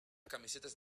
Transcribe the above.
camisetas